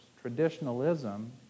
Traditionalism